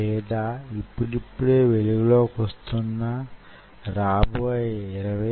ఇది మనకు లభించేది మైక్రో కాంటిలివర్ ప్లాట్ఫారం